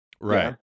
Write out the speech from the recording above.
right